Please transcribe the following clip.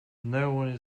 noone